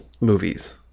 movies